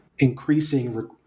increasing